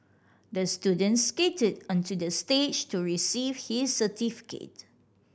the student skated onto the stage to receive his certificate